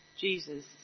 Jesus